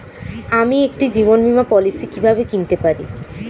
আমি একটি জীবন বীমা পলিসি কিভাবে কিনতে পারি?